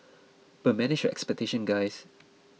but manage your expectations guys